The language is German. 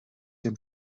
dem